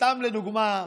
סתם לדוגמה,